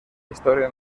historia